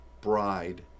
bride